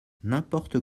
n’importe